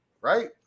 right